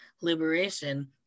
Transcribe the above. liberation